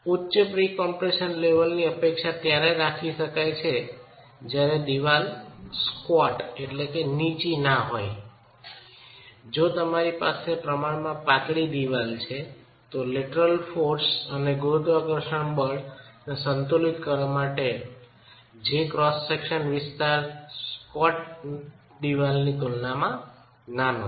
ઉચ્ચ pre compression લેવલની અપેક્ષા ત્યારે રાખી સકાય કે જયારે દિવાલ સ્ક્વોટનીચી દિવાલ ન હોય ત્યારે છે જો તમારી પાસે પ્રમાણમાં પાતળી દીવાલ છે તો લેટરલ બળ અને ગુરુત્વાકર્ષણ બળને સંતુલિત કરવા માટે ઉપલબ્ધ ક્રોસ સેક્શનનો વિસ્તાર સ્ક્વોટ દિવાલની તુલનામાં નાનો છે